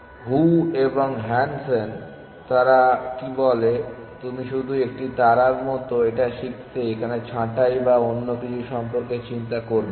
হু এবং হ্যানসেন তারা কি বলে তুমি শুধু একটি তারার মত এটা শিখতে এখানে ছাঁটাই বা অন্য কিছু সম্পর্কে চিন্তা করবে না